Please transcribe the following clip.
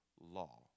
law